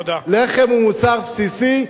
לחם הוא מוצר בסיסי.